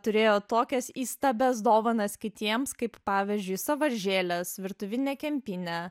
turėjo tokias įstabias dovanas kitiems kaip pavyzdžiui sąvaržėlės virtuvinė kempinė